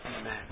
Amen